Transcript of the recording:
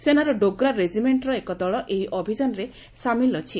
ସେନାର ଡୋଗ୍ରା ରେଜିମେଖର ଏକ ଦଳ ଏହି ଅଭିଯାନରେ ସାମିଲ ଅଛି